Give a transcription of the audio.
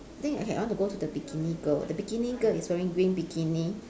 I think okay I want to go to the bikini girl the bikini girl is wearing green bikini